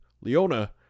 Leona